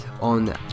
on